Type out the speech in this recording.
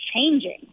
changing